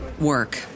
work